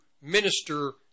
minister